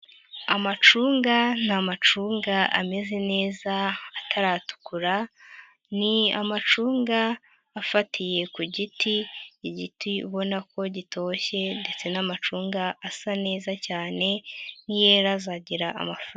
Amacunga ni amacunga ameze neza ataratukura, ni amacunga afatiye ku giti, igiti ubona ko gitoshye ndetse n'amacunga asa neza cyane, niyera azagira amafaranga.